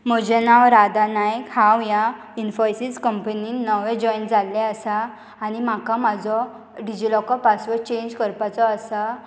म्हजें नांव राधा नायक हांव ह्या इन्फॉयसीस कंपनीन नवे जॉयन जाल्लें आसा आनी म्हाका म्हाजो डिजिलॉकर पासवर्ड चेंज करपाचो आसा